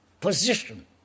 position